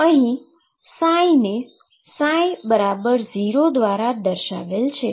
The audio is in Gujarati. અહી ને ψ0 દ્વારા દર્શાવેલ છે